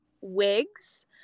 wigs